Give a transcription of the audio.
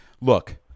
look